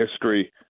history